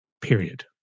period